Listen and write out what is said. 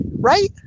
right